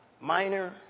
minor